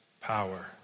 power